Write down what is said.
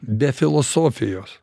be filosofijos